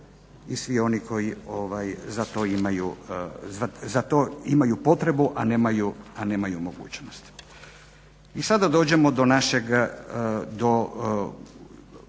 i svi oni koji za to imaju potrebu, a nemaju mogućnost. I sada dođemo do jednog